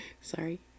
sorry